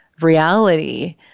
reality